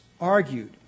argued